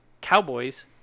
cowboys